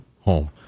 home